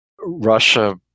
Russia